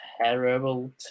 terrible